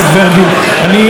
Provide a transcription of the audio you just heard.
אני מניח שגם אתם,